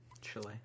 Chile